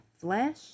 flesh